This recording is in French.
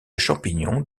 champignons